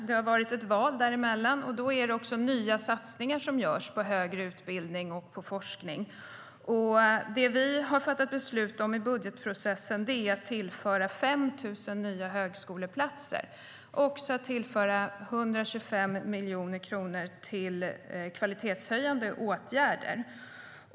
Det har varit val däremellan, och då är det också nya satsningar som görs på högre utbildning och forskning. Det vi har fattat beslut om i budgetprocessen är att tillföra 5 000 nya högskoleplatser och att tillföra 125 miljoner kronor till kvalitetshöjande åtgärder.